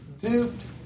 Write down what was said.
duped